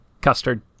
Custard